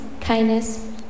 kindness